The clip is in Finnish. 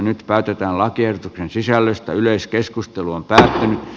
nyt päätetään lakiehdotuksen sisällöstä yleiskeskusteluun päähän